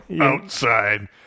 outside